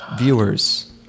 viewers